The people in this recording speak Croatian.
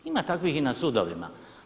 Ima takvih i na sudovima.